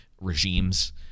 regimes